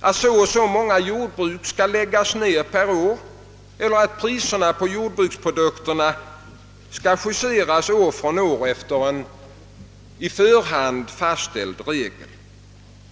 att så eller så många jordbruk per år skall läggas ned eller att priserna på jordbruksprodukter skall justeras efter en på förhand fastställd regel.